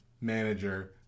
manager